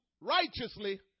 righteously